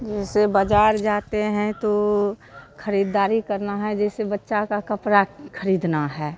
जैसे बाज़ार जाते हैं तो ख़रीदारी करना है जैसे बच्चा का कपड़ा ख़रीदना है